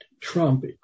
Trump